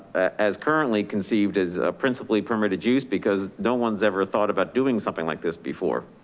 as currently conceived as a principally permitted use because no one's ever thought about doing something like this before,